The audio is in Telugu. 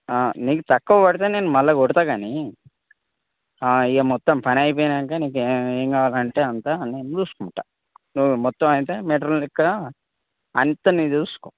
నీకు తక్కువ పడితే నేను మళ్ళా కొడతా గానీ ఇక మొత్తం పని అయిపోయినాకా ఏం కావాలంటే అంతా నేను చూసుకుంటా నువ్వు మొత్తం అయితే మెటీరియల్ లెక్కన అంతా నువ్వు చూసుకో